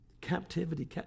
Captivity